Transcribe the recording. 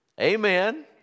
Amen